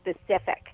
specific